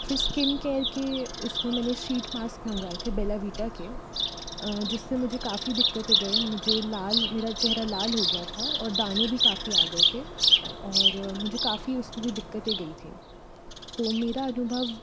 फिर skin care के उसमें मैंने शीटमास्क मंगवाए थे मैंने बेलाविटा के जिससे मुझे काफ़ी दिक्कतें गई मुझे लाल मेरा चेहरा लाल हो गया था और दाने भी काफ़ी आ गए थे और मुझे काफ़ी उसमें भी दिक्कतें गई थी तो मेरा अनुभव